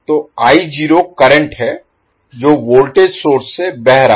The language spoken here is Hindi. तो करंट है जो वोल्टेज सोर्स से बह रहा है